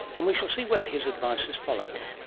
and we shall see whether his advice is followed